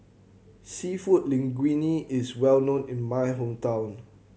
Seafood Linguine is well known in my hometown